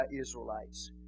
Israelites